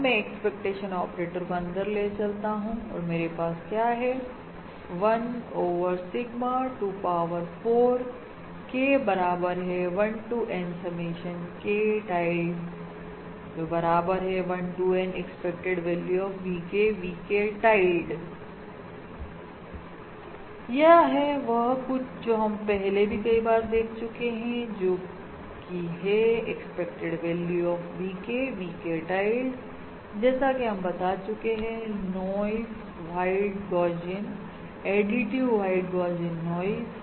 अब मैं expectation operator को अंदर ले चलता हूं और मेरे पास क्या है 1 over sigma two power 4 K बराबर है 1 to N summation K tilde बराबर है 1 to N expected value of VK VK tilde यह है वह कुछ जो हम पहले भी कई बार देख चुके हैं जोकि है expected value of VK VK tilde जैसा कि हम बता चुके हैं noise white Gaussian additive white gaussian noise